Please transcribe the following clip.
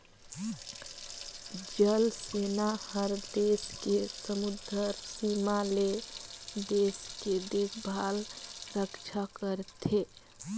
जल सेना हर देस के समुदरर सीमा ले देश के देखभाल रक्छा करथे